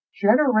Generation